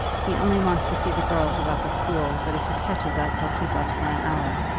he only wants to see the girls about the school, but if he catches us he'll keep us for an hour.